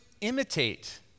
imitate